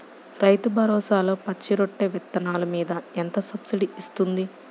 రైతు భరోసాలో పచ్చి రొట్టె విత్తనాలు మీద ఎంత సబ్సిడీ ఇస్తుంది?